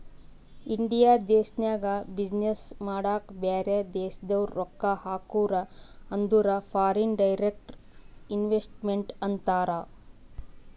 India ದೇಶ್ನಾಗ business ಮಾಡಾಕ ಬ್ಯಾರೆ ದೇಶದವ್ರು ರೊಕ್ಕಾ ಹಾಕುರ್ ಅಂದುರ್ ಫಾರಿನ್ ಡೈರೆಕ್ಟ್ ಇನ್ವೆಸ್ಟ್ಮೆಂಟ್ ಅಂತಾರ್